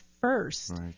first